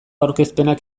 aurkezpenak